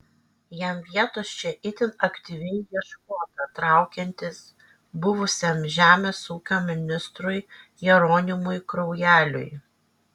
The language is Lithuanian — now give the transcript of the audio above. jam vietos čia itin aktyviai ieškota traukiantis buvusiam žemės ūkio ministrui jeronimui kraujeliui